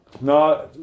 No